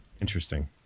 Interesting